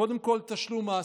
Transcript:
קודם כול, תשלום מס.